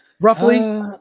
roughly